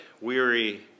weary